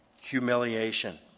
humiliation